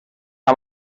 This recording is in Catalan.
amb